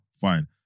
fine